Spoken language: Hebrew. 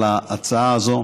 על ההצעה הזאת.